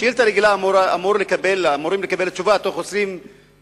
על שאילתא רגילה אמורים לקבל תשובה בתוך 21 יום,